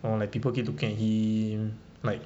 orh like people keep looking at him like